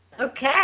Okay